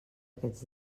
aquests